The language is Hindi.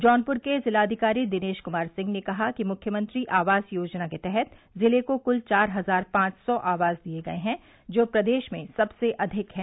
जौनपुर के जिलाधिकारी दिनेश कुमार सिंह ने कहा कि मुख्यमंत्री आवास योजना के तहत जिले को कुल पैतालिस सौ आवास दिये गयें है जो प्रदेश में सबसे अधिक हैं